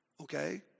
Okay